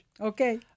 Okay